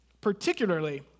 particularly